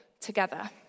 together